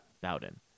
Bowden